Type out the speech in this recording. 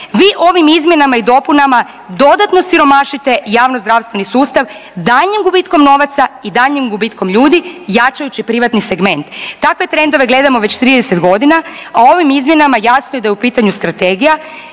vi ovim izmjenama i dopunama dodatno siromašite javno-zdravstveni sustav daljnjim gubitkom novaca i daljnjim gubitkom ljudi jačajući privatni segment. Takve trendove gledamo već trideset godina a ovim izmjenama jasno je da je u pitanju strategija